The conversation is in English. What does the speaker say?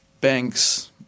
banks